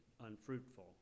unfruitful